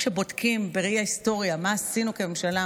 כשבודקים בראי ההיסטוריה מה עשינו כממשלה,